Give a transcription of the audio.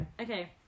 Okay